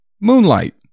moonlight